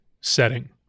setting